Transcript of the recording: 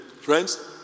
friends